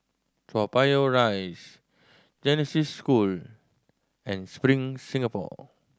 Toa Payoh Rise Genesis School and Spring Singapore